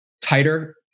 tighter